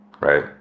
right